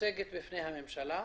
ומוצגת בפני הממשלה?